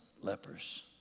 lepers